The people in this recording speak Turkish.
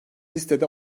listede